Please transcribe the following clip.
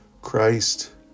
Christ